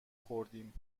خوردیم